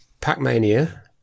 Pac-Mania